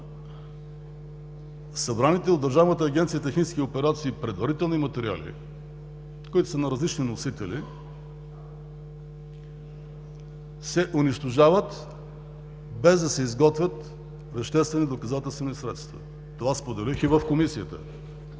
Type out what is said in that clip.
събраните от Държавната агенция „Технически операции“ предварителни материали, които са на различни носители, се унищожават, без да се изготвят веществени доказателствени средства. Това споделих и в Комисията